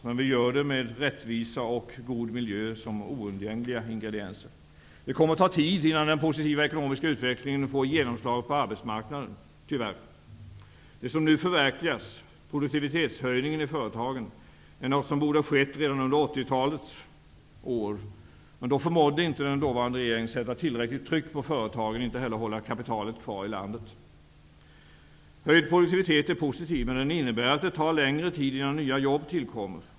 Men vi gör det med rättvisa och god miljö som oundgängliga ingredienser. Det kommer att ta tid innan den positiva ekonomiska utvecklingen får genomslag på arbetsmarknaden -- tyvärr. Det som nu förverkligas -- produktivitetshöjningen i företagen -- är något som borde skett redan under 1980-talet. Men då förmådde inte den dåvarande regeringen sätta tillräckligt tryck på företagen och inte heller att hålla kapitalet kvar i landet. Höjd produktivitet är positiv, men den innebär att det tar längre tid innan nya jobb tillkommer.